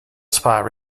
spot